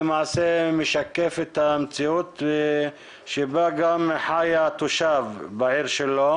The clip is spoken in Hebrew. הוא למעשה משקף את המציאות שבה גם חי התושב בעיר שלו,